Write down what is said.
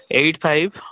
eight five